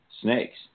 snakes